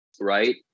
right –